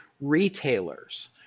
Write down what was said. retailers